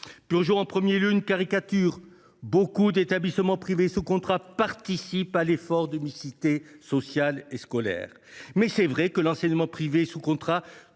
Purgeons en premier lieu une caricature : beaucoup d’établissements privés sous contrat participent à l’effort de mixité sociale et scolaire. Toutefois, il est vrai que l’enseignement privé sous contrat